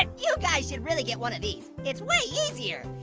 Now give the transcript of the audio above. and you guys should really get one of these. it's way easier.